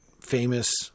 famous